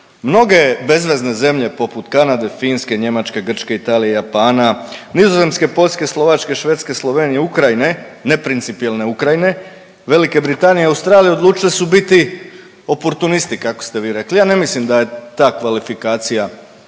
Mnoge bezvezne zemlje poput Kanade, Finske, Njemačke, Grčke, Italije, Japana, Nizozemske, Poljske, Slovačke, Švedske, Slovenije, Ukrajine neprincipijelne Ukrajine, Velike Britanije, Australije odlučili su biti oportunisti kako ste vi rekli. Ja ne mislim da je ta kvalifikacija točna.